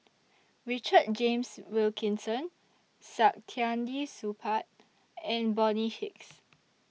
Richard James Wilkinson Saktiandi Supaat and Bonny Hicks